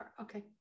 okay